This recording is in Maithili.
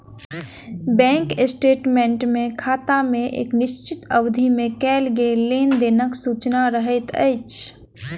बैंक स्टेटमेंट मे खाता मे एक निश्चित अवधि मे कयल गेल लेन देनक सूचना रहैत अछि